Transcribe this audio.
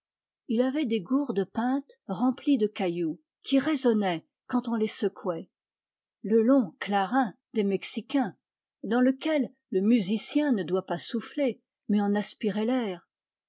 il avait des gourdes peintes remplies de cailloux qui résonnaient quand on les secouait le long clarln des mexicains dans lequel le musicien ne doit pas souf ller mais en aspirer l'air